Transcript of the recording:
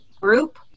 group